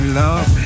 love